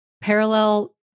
parallel